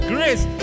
Grace